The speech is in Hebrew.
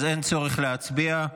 אז אין צורך להצביע.